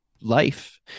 life